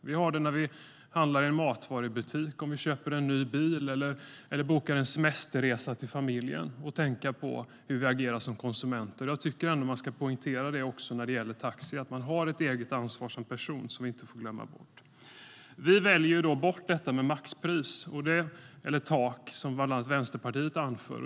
Vi har det när vi handlar i en matvarubutik, om vi köper en ny bil, om vi bokar en semesterresa för familjen. Vi måste tänka på hur vi agerar som konsumenter. Jag tycker att vi ska poängtera att vi har ett eget ansvar även när det gäller taxi. Vi väljer bort förslaget om ett maxpris eller tak, som bland annat Vänsterpartiet anför.